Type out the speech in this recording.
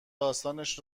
داستانش